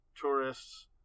tourists